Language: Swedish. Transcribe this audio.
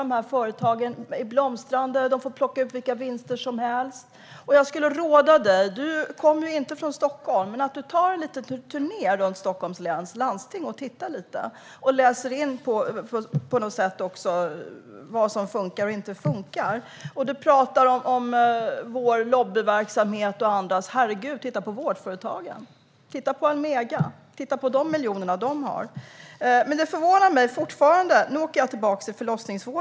Dessa företag blomstrar och får plocka ut vilka vinster som helst. Du kommer ju inte från Stockholm, Anders, men jag skulle ändå råda dig att göra en liten turné i Stockholms läns landsting och tittar på hur det ser ut och också läser in vad som funkar och inte. Du pratar om vår lobbyverksamhet och andras. Herregud, titta på vårdföretagen! Titta på Almega och de miljoner som finns där! Nu kommer jag tillbaka till förlossningsvården.